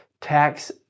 tax